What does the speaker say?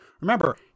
Remember